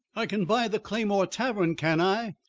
i can buy the claymore tavern, can i?